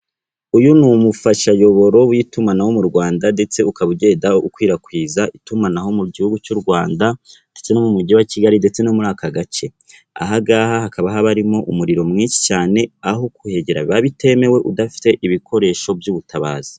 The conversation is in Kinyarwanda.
Uyu ni umufashayoboro w'itumanaho mu Rwanda ndetse ukaba ugenda ukwirakwiza itumanaho mu gihugu cy'u Rwanda ndetse no mu mujyi wa Kigali ndetse no muri aka gace. Aha ngaha hakaba haba harimo umuriro mwinshi cyane aho kuhegera biba bitemewe udafite ibikoresho by'ubutabazi.